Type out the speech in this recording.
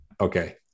okay